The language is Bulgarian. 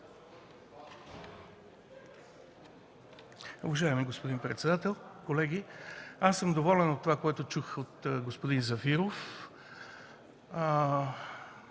Уважаеми господин председател, колеги! Доволен съм от това, което чух от господин Зафиров.